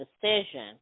decision